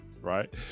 right